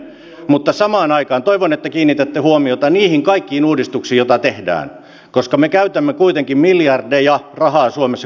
mutta samaan aikaan toivon että kiinnitätte huomiota niihin kaikkiin uudistuksiin joita tehdään koska me käytämme kuitenkin miljardeja rahaa suomessa koulutukseen ja sivistykseen tieteeseen ja tutkimukseen